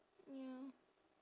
ya